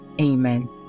Amen